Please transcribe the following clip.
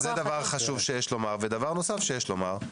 דבר נוסף שיש לומר,